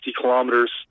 kilometers